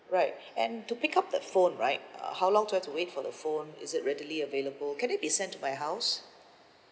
right and to pick up the phone right uh how long do we have to wait for the phone is it readily available can it be sent to my house